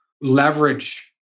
leverage